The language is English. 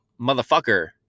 motherfucker